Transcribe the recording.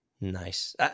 Nice